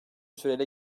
süreyle